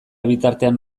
bitartean